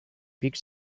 picks